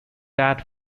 that